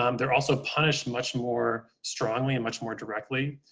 um they're also punished much more strongly and much more directly.